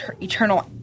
eternal